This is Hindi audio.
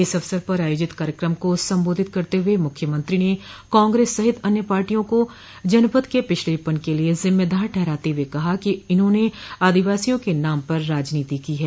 इस अवसर पर आयोजित कार्यक्रम को संबोधित करते हुए मुख्यमंत्री ने कांग्रेस सहित अन्य पार्टियों को जनपद के पिछड़ेपन के लिए जिम्मेदार ठहराते हुए कहा कि इन्होंने आदिवासियों के नाम पर राजनीति की है